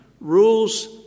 rules